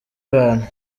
abantu